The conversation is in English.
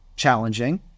challenging